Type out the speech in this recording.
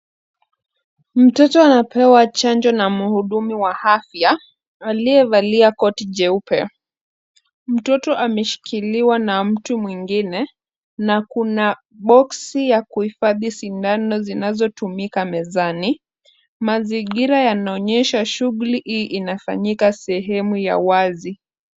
Mtoto anapewa chanjo na mhudumu wa afya aliyevalia koti jeupe. Mtoto ameshikiliwa na mtu mwingine na kuna boksi ya kuhifadhi sindano zinazotumika mezani. Mazingira yanaonyesha shughuli hii inafanyika sehemu ya wazi.